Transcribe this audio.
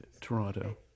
Toronto